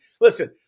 listen